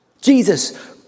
Jesus